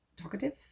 talkative